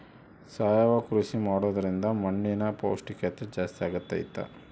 ಸಾವಯವ ಕೃಷಿ ಮಾಡೋದ್ರಿಂದ ಮಣ್ಣಿನ ಪೌಷ್ಠಿಕತೆ ಜಾಸ್ತಿ ಆಗ್ತೈತಾ?